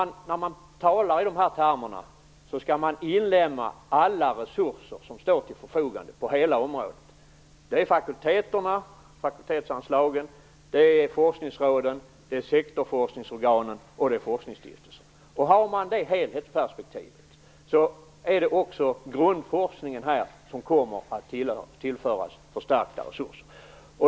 När man talar i dessa termer skall man inlemma alla resurser som står till förfogande på hela området. Det är fakultetsanslagen, forskningsråden, sektorforskningsorganen och forsknigsstiftelserna. Har man det helhetsperspektivet ser man att grundforskningen kommer att tillföras förstärkta resurser.